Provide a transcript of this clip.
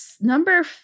number